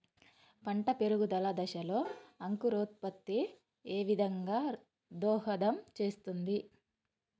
పంట పెరుగుదల దశలో అంకురోత్ఫత్తి ఏ విధంగా దోహదం చేస్తుంది?